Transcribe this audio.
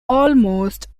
almost